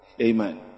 Amen